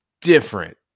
different